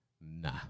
nah